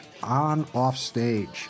OnOffStage